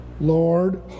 Lord